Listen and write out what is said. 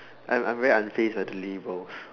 I'm I'm very unfazed by the levers